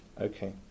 Okay